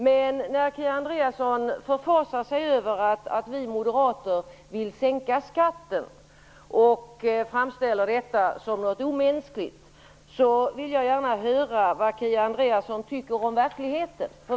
Men när Kia Andreasson förfasar sig över att vi moderater vill sänka skatten och framställer detta som något omänskligt, vill jag gärna höra vad Kia Andreasson tycker om verkligheten.